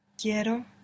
Quiero